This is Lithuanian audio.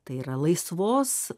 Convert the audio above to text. tai yra laisvos